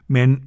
Men